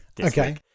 okay